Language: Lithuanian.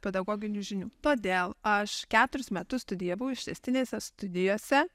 pedagoginių žinių todėl aš keturis metus studijavau ištęstinėse studijose